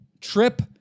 trip